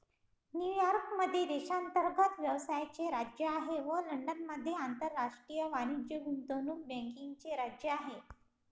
New York मध्ये देशांतर्गत व्यवसायाचे राज्य आहे व लंडनमध्ये आंतरराष्ट्रीय वाणिज्य गुंतवणूक बँकिंगचे राज्य आहे